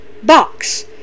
Box